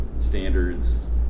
standards